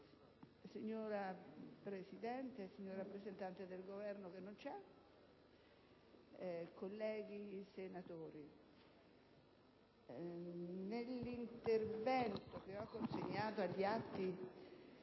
Signora Presidente, signor rappresentante del Governo - che non c'è -, colleghi senatori, nell'intervento che ho consegnato agli atti